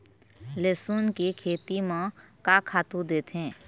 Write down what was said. लेसुन के खेती म का खातू देथे?